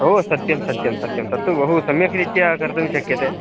ओ सत्यं सत्यं सत्यम् तत्तु बहु सम्यक् रीत्या कर्तुं शक्यते